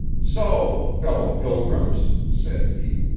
so, fellow-pilgrims said he,